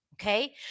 okay